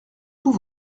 tous